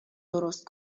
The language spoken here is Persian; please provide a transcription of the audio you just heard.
درست